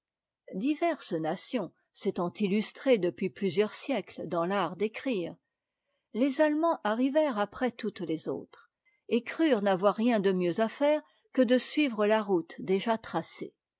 diverses nations s'étant illustrées depuis plusieurs siècles dans fart d'écrire les alle nands arrivèrent après toutes les autres et crurent n'avoir rien de mieux à faire que de suivre la route déjà tracée